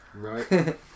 right